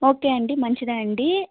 okay అండి మంచిదే అండి